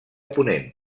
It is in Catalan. ponent